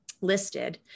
listed